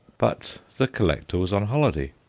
but the collector was on holiday.